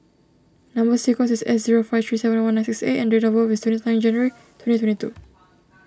Number Sequence is S zero five three seven one nine six A and date of birth is twenty nine January twenty twenty two